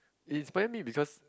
it inspire me because